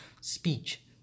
speech